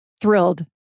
thrilled